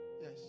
Yes